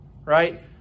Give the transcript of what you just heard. right